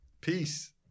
Peace